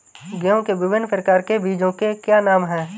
गेहूँ के विभिन्न प्रकार के बीजों के क्या नाम हैं?